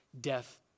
death